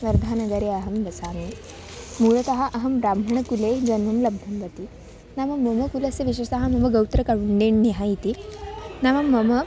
वर्धानगरे अहं वसामि मूलतः अहं ब्राह्मणकुले जन्म लब्धवतौ नाम मम कुलस्य विशेषतः मम गोत्रं कौण्डिन्यः इति नाम मम